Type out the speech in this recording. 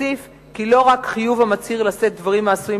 אוסיף כי לא רק חיוב המצהיר לשאת דברים העשויים